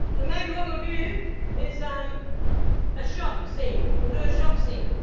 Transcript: but mainly what we'll do is um a shop scene, we'll do a shop scene.